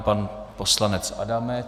Pan poslanec Adamec.